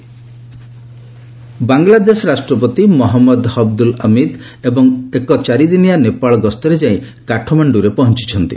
ବାଂଲା ନେପାଳ ବାଂଲାଦେଶ ରାଷ୍ଟ୍ରପତି ମହମ୍ମଦ ହବଦୁଲ ହମୀଦ ଏବଂ ଏକ ଚାରିଦିନିଆ ନେପାଳ ଗସ୍ତରେ ଯାଇ କାଠମାଣ୍ଡୁରେ ପହଞ୍ଚୁଛନ୍ତି